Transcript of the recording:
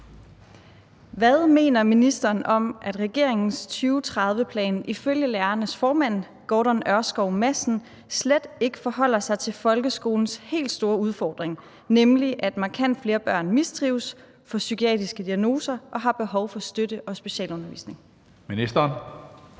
Hvad mener ministeren om, at regeringens 2030-plan ifølge lærernes formand, Gordon Ørskov Madsen, slet ikke forholder sig til folkeskolens helt store udfordring, nemlig at markant flere børn mistrives, får psykiatriske diagnoser og har behov for støtte og specialundervisning? Skriftlig